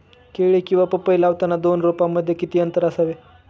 केळी किंवा पपई लावताना दोन रोपांमध्ये किती अंतर असावे?